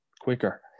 quicker